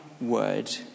word